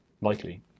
likely